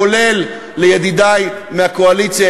כולל לידידי מהקואליציה,